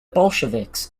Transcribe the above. bolsheviks